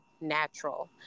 natural